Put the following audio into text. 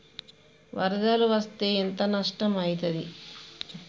వరదలు వస్తే ఎంత నష్టం ఐతది?